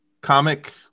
comic